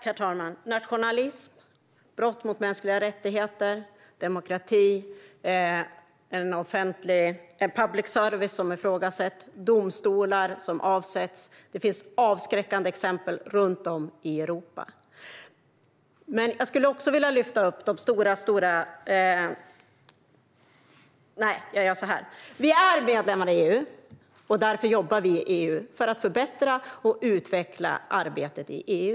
Herr talman! Nationalism, brott mot mänskliga rättigheter och demokrati, public service som ifrågasätts, domstolar som avsätts - det finns avskräckande exempel runt om i Europa. Vi är medlemmar i EU, och därför jobbar vi i EU för att förbättra och utveckla arbetet i EU.